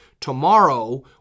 Tomorrow